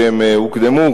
שהן הוקדמו,